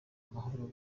amahoro